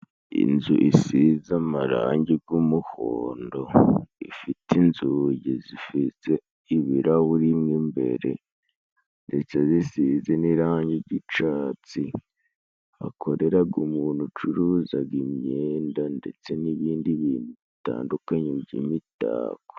Inzu isize amarangi g'umuhondo, ifite inzugi z'ifitse ibirahuri m'imbere, ndetse zisize n'irangi g'icatsi hakoreraga umuntu ucuruzaga imyenda, ndetse n'ibindi bitandukanye by'imitako.